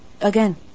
again